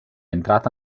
entrata